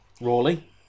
Rawley